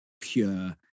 pure